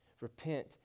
Repent